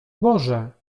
boże